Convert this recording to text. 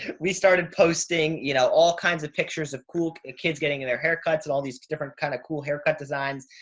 we started posting, you know, all kinds of pictures of cool kids getting in their haircuts and all these different kinds kind of cool haircut designs.